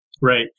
Right